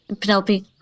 Penelope